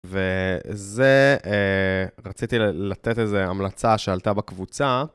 וזה, רציתי לתת איזו המלצה שעלתה בקבוצה.